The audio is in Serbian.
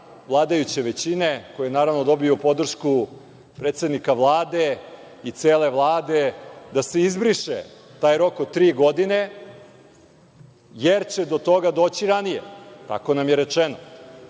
vladajuće većine, koji je dobio podršku predsednika Vlade i cele Vlade, da se izbriše taj rok od tri godine, jer će do toga doći ranije. Tako nam je rečeno.